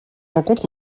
rencontre